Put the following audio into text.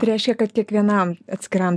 tai reiškia kad kiekvienam atskiram